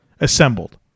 assembled